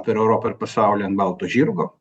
per europą ir pasaulį ant balto žirgo